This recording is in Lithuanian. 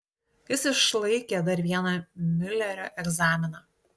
jis išlaikė dar vieną miulerio egzaminą